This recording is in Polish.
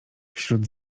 wśród